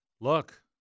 Look